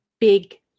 big